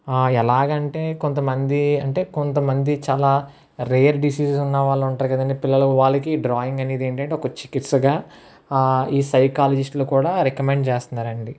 ఎలాగంటే కొంతమంది అంటే కొంతమంది చాలా రేర్ డిసీస్ ఉన్నవాళ్లు ఉంటారు కదండి పిల్లలు వాళ్ళకి డ్రాయింగ్ అనేది ఏంటంటే ఒక చికిత్సగా ఈ సైకాలజిస్ట్లు కూడా రికమెండ్ చేస్తున్నారండి